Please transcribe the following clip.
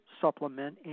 supplement